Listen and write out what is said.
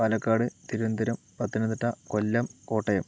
Palakkad Thiruvananthapuram Pathanamthitta Kollam Kottayam